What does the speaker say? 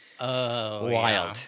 wild